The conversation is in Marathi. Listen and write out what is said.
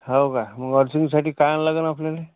हो का मग अर्थिंगसाठी काय आणावं लागण आपल्याला